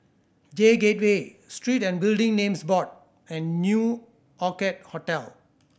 J Gateway Street and Building Names Board and New Orchid Hotel